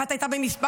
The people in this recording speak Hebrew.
אחת הייתה במספרה,